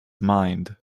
mind